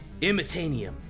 imitanium